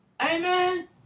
Amen